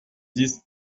dix